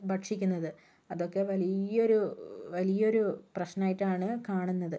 ഭക്ഷിക്കുന്നത് അതൊക്കെ വലിയ ഒരു വലിയ ഒരു പ്രശ്നമായിട്ടാണ് കാണുന്നത്